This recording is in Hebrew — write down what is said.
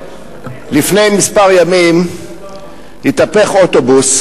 לפני כמה ימים התהפך אוטובוס